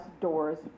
doors